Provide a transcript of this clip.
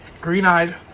Green-eyed